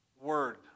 Word